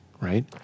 right